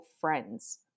friends